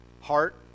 Heart